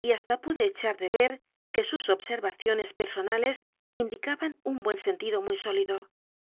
y hasta pude echar de ver que sus observaciones personales indicaban un buen sentido muy sólido